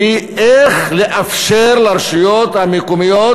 הוא איך לאפשר לרשויות המקומיות